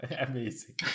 Amazing